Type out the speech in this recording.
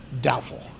Doubtful